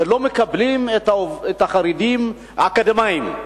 שלא מקבלים את החרדים האקדמאים.